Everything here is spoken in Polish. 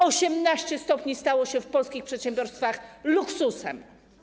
18 stopni stało się w polskich przedsiębiorstwach luksusem.